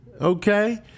okay